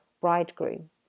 bridegroom